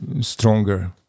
stronger